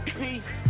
peace